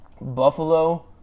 Buffalo